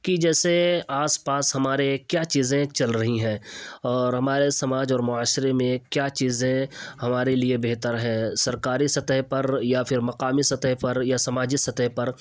کہ جیسے آس پاس ہمارے کیا چیزیں چل رہی ہیں اور ہمارے سماج اور معاشرے میں کیا چیزیں ہمارے لیے بہتر ہے سرکاری سطح پر یا پھر مقامی سطح پر یا سماجی سطح پر